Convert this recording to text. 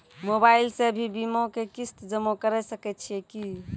Mobile से भी बीमा के किस्त जमा करै सकैय छियै कि?